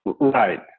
Right